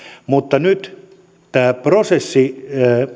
mutta nyt tämä prosessi